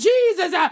Jesus